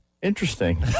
Interesting